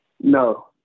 No